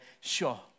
sure